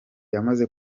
yamaze